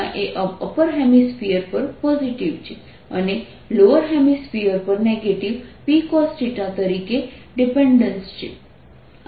Pcosθ એ upper hemisphere પર positive છે અને લોઅર હેમિસ્ફિર પર નેગેટિવ Pcosθ તરીકે ડિપેન્ડેન્સ છે